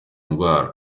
ndwara